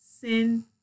sin